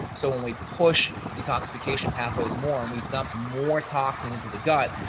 so when we push detoxification pathways more and we dump more toxins into the gut,